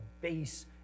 base